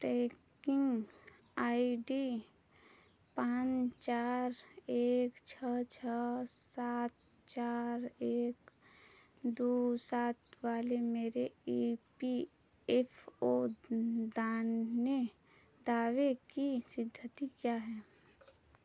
trekking I D पाँच चार एक छः छः सात चार एक दो सात वाले मेरे ई पी एफ ओ दाने दावे की स्थिति क्या है